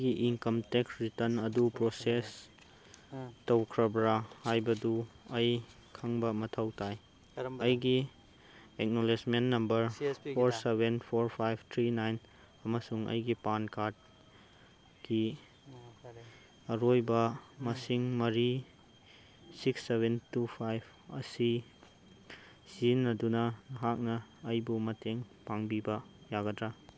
ꯑꯩꯒꯤ income tax return ꯑꯗꯨ process ꯇꯧꯈ꯭ꯔꯕꯔꯥ ꯍꯥꯏꯕꯗꯨ ꯑꯩ ꯈꯪꯕ ꯃꯊꯧ ꯇꯥꯏ ꯑꯩꯒꯤ acknowledgement number four seven four five three nine ꯑꯃꯁꯨꯡ ꯑꯩꯒꯤ ꯄꯥꯟ ꯀꯥꯔꯠꯀꯤ ꯑꯔꯣꯏꯕ ꯃꯁꯤꯡ ꯃꯔꯤ ꯁꯤꯛꯁ ꯁꯕꯦꯟ ꯇꯨ ꯐꯥꯏꯚ ꯑꯁꯤ ꯁꯤꯖꯤꯟꯅꯗꯨꯅ ꯅꯍꯥꯛꯅ ꯑꯩꯕꯨ ꯃꯇꯦꯡ ꯄꯥꯡꯕꯤꯕ ꯌꯥꯒꯗ꯭ꯔꯥ